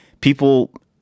people